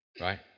right